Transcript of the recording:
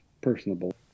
personable